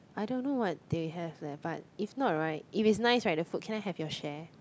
I don't know what they have leh but if not right if it's nice right the food can I have your share